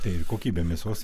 tai kokybė mėsos